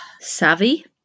savvy